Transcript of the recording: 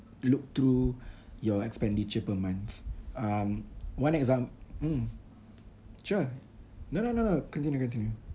look through your expenditure per month um one exam~ mm sure no no no no continue continue